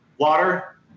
water